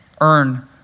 earn